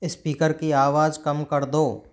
speaker की आवाज़ कम कर दो